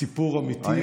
סיפור אמיתי.